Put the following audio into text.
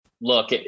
look